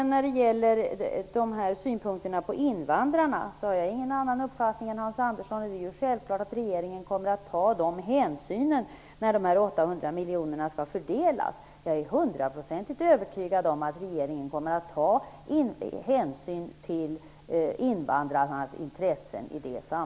När det gäller synpunkterna på invandrarna har jag ingen annan uppfattning än Hans Andersson. Det är självklart att regeringen kommer att ta hänsyn till invandrarnas intressen när de 800 miljonerna skall fördelas. Det är jag hundraprocentigt övertygad om.